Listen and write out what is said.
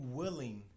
willing